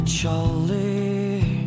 Charlie